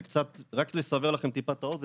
רק לסבר לכם טיפה את האוזן,